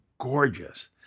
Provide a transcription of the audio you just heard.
gorgeous